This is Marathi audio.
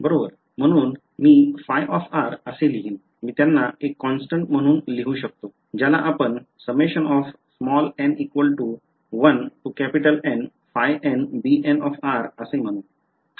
म्हणून मी ϕ असे लिहीन मी त्यांना एक काँस्टंट्स म्हणून लिहू शकतो ज्याला आपण असे म्हणू